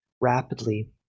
rapidly